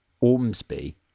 Ormsby